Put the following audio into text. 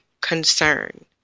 concern